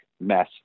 mess